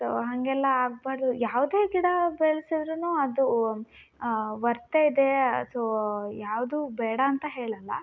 so ಹಾಗೆಲ್ಲ ಆಗಬಾರ್ದು ಯಾವುದೇ ಗಿಡ ಬೆಳೆಸಿದ್ರೂನು ಅದು ವರ್ತೇ ಇದೆ ಸೊ ಯಾವುದು ಬೇಡ ಅಂತ ಹೇಳೋಲ್ಲ